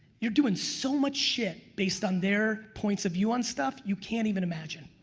you're doing so much shit based on their points of view on stuff you can't even imagine.